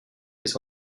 les